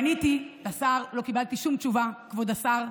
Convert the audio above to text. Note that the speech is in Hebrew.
פניתי לשר, לא קיבלתי שום תשובה, כבוד השר.